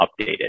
updated